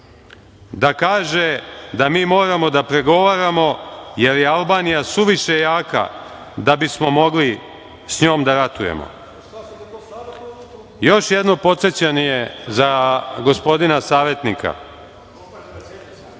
da kaže da mi moramo da pregovaramo jer je Albanija suviše jaka da bismo mogli sa njom da ratujemo?“Još jedno podsećanje za gospodina savetnika.